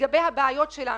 לגבי הבעיות שלנו,